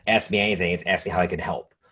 ask me anything, it's asked me how i could help.